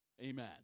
Amen